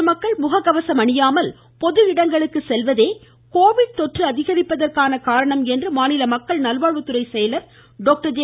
பொதுமக்கள் முக கவசம் அணியாமல் பொது இடங்களுக்கு செல்வதே கோவிட் தொற்று அதிகரிப்பதற்கான காரணம் என்று மாநில மக்கள் நல்வாழ்வுத்துறை செயலர் டாக்டர் ஜே